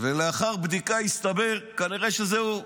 ולאחר בדיקה הסתבר, כנראה זה הוא.